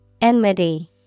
Enmity